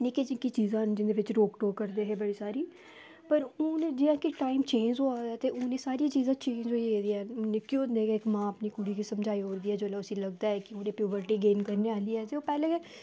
निक्की शिक्की चिजा ना जेहदे बिच रोक टोक करदे है बड़ी सारी पर हून जि'यां कि टाइम चेंज होआ दा ते एह् सारियां चीजां निक्के होंदे मां इक कुडी गी समझाई ओड़दी ऐ ते जिसले ओह प्यूवर्टी गेन करने आह्ली होंदी ऐ